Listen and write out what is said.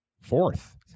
Fourth